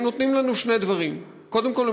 הם נותנים לנו שני דברים: קודם כול,